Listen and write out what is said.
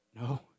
No